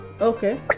okay